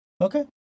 Okay